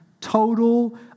total